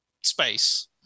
space